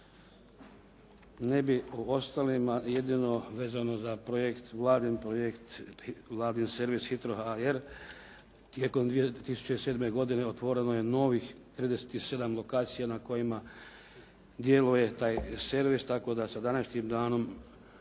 Ne bi o ostalima, jedino vezano za projekt, Vladin projekt Vladin servis HITRO.HR Tijekom 2007. godine otvoreno je novih 37 lokacija na kojima djeluje taj servis, tako da sa današnjim danom